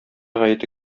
гаете